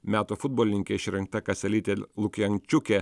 metų futbolininke išrinkta kaselytė lukjančukė